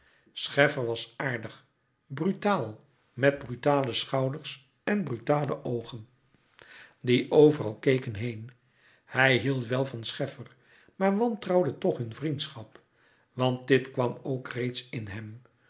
scheffer was aardig brutaal met brutale schouders en brutale oogen die overal keken heen hij hield wel van scheffer maar wantrouwde toch hun vriendschap want dit kwam ook reeds in hem